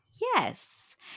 Yes